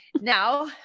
Now